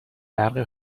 برق